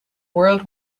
world